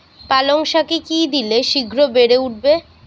পালং শাকে কি দিলে শিঘ্র বেড়ে উঠবে?